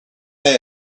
they